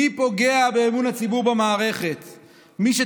מי פוגע באמון הציבור במערכת,